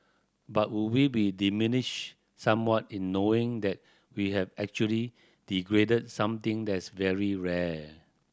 but would we be diminished somewhat in knowing that we have actually degraded something that's very rare